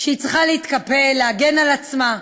שהיא צריכה להתקפל, להגן על עצמה,